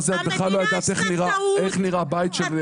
את בכלל לא יודעת איך נראה הבית של חוסים או של דיירים.